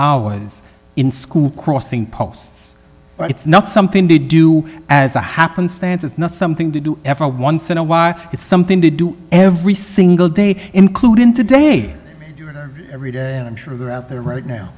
hours in school crossing posts but it's not something to do as a happenstance it's not something to do f a once in a while it's something to do every single day including today or every day and i'm sure they're out there right now